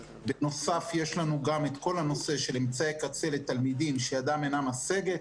בנוסף יש לנו גם את כל הנושא של אמצעי קצה לתלמידים שידם אינה משגת.